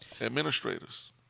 Administrators